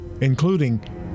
including